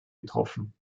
betroffen